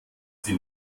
sie